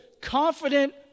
confident